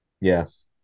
Yes